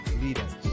leaders